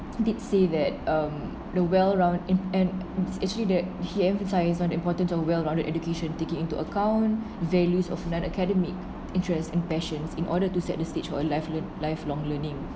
did say that um the well round in and actually that he emphasize on importance of well rounded education taking into account values of non academic interests and passions in order to set the stage for liveli~ lifelong learning